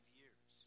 years